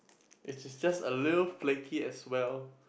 it is just a little flaky as well